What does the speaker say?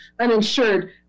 uninsured